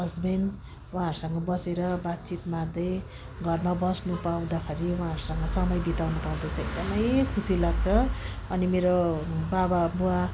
husband उहाँहरूसँग बसेर बातचित मार्दै घरमा बस्नु पाउँदाखेरि उहाँहरूसँग समय बिताउनु पाउँदा चाहिँ एकदमै खुसी लाग्छ अनि मेरो बाबा बुबा